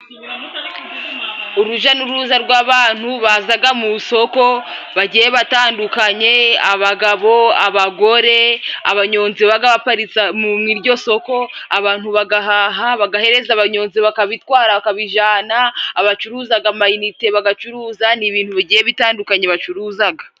Urujya n'uruza rw'abantu bazaga mu soko bagiye batandukanye, abagabo, abagore, abanyozi babaga baparitse muri iryo soko, abantu bagahaha bagahereza abanyonzi bakabitwara bakabijana, abacuruzaga ama inite bagacuruza, ni ibintu bigiye bitandukanye bacuruzaga.